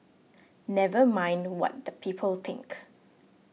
never mind what the people think